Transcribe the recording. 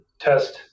test